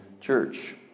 church